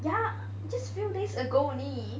ya just few days ago only